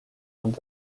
and